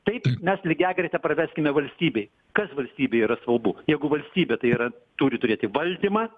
taip mes lygiagretę praveskime valstybei kas valstybei yra svalbu jeigu valstybė tai yra turi turėti valdymą